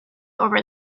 over